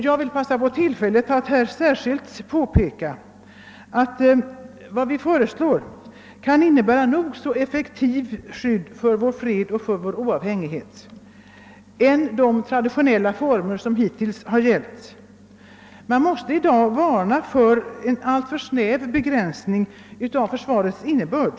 Jag vill begagna tillfället att nu särskilt peka på att vad vi föreslår kan innebära ett nog så effektivt skydd för vår fred och för vår oavhängighet utöver de traditionella former som hittills har tillämpats. Man måste i dag varna för en alltför snäv begränsning av försvarets innebörd.